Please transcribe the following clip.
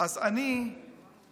אז הם ימשיכו